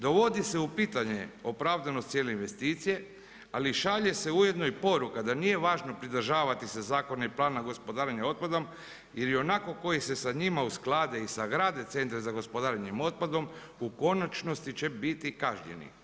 Dovodi se u pitanje opravdanost cijele investicije, ali šalje se ujedno i poruka, da nije važno pridržavati se pridržavati se Zakona i plana gospodarenja otpadom, jer ionako koji se sa njima usklade i sagrade centre za gospodarenjem otpadom u konačnosti će biti kažnjeni.